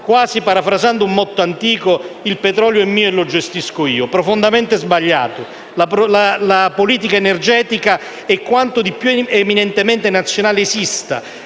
dire, parafrasando un motto antico: «Il petrolio è mio e lo gestisco io». È profondamente sbagliato. La politica energetica è quanto di più eminentemente nazionale esista